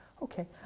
ok.